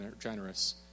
Generous